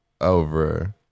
over